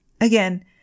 Again